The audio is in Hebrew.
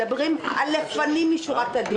מדברים על לפנים משורת הדין.